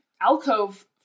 alcove